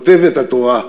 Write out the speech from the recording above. כותבת התורה: